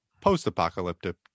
post-apocalyptic